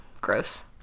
gross